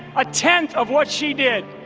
a tenth of what she did,